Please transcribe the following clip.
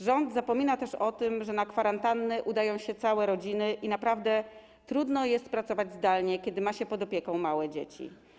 Rząd zapomina też o tym, że na kwarantannę udają się całe rodziny i naprawdę trudno jest pracować zdalnie, kiedy ma się pod opieką małe dzieci.